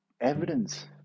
evidence